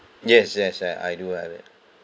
yes yes uh I do have it